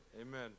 Amen